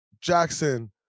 Jackson